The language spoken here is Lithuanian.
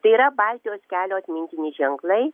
tai yra baltijos kelio atmintini ženklai